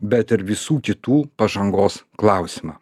bet ir visų kitų pažangos klausimą